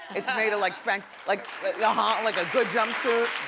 it's made of like spanx. like yeah um like a good jumpsuit.